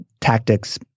tactics